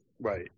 right